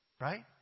Right